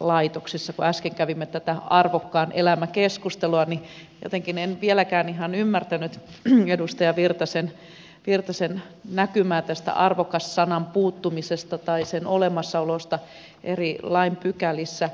kun äsken kävimme tätä arvokkaan elämän keskustelua niin jotenkin en vieläkään ihan ymmärtänyt edustaja virtasen näkymää arvokas sanan puuttumisesta tai sen olemassaolosta lain eri pykälissä